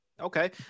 Okay